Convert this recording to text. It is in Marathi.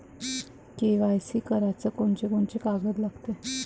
के.वाय.सी कराच कोनचे कोनचे कागद लागते?